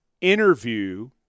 interview